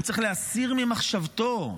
הוא צריך להסיר ממחשבתו,